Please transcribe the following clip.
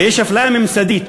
ויש אפליה ממסדית.